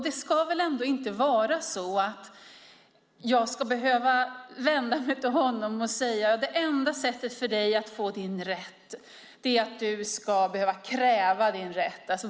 Det ska väl ändå inte vara så att jag ska behöva vända mig till honom och säga: Det enda sättet för dig att få din rätt är att du ska kräva din rätt.